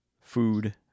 food